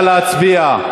נא להצביע.